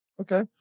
Okay